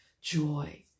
Joy